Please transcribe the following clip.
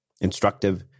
instructive